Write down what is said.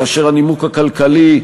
כאשר הנימוק הכלכלי,